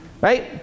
right